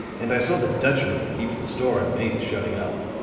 and i saw the dutchman that keeps the store underneath shutting up.